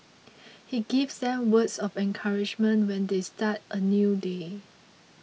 he gives them words of encouragement when they start a new day